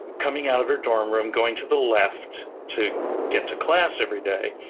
coming out of her dorm room, going to the left to get to class every day,